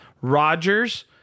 Rodgers